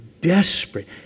desperate